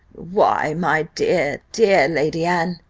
why, my dear, dear lady anne,